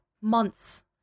months